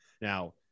Now